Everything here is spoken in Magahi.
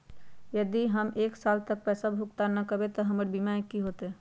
यदि हम एक साल तक पैसा भुगतान न कवै त हमर बीमा के की होतै?